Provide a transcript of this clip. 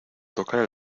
tocar